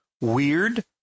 weird